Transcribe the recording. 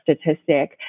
statistic